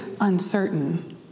uncertain